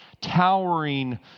towering